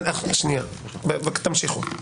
תמשיכו, בבקשה.